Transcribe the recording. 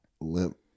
limp